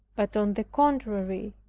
but on the contrary,